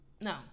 No